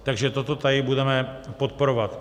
Takže toto tady budeme podporovat.